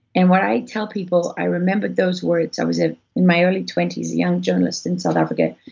and what i tell people, i remembered those words. i was ah in my early twenty s, a young journalist in south africa,